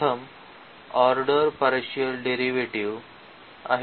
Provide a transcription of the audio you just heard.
प्रथम order partial derivative आहे